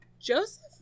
joseph